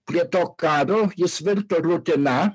prie to karo jis virto rutina